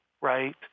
right